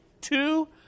two